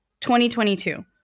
2022